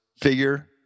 figure